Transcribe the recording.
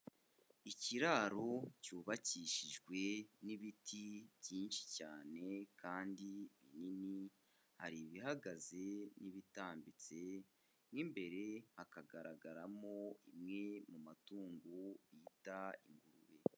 Ikiraro cyubakishijwe n'ibiti byinshi cyane kandi binini, hari ibihagaze n'ibitambitse, mo imbere hakagaragaramo imwe mu matungo bita ingurube.